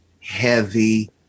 heavy